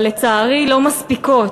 אבל לצערי לא מספיקות,